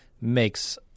makes